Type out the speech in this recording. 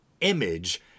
image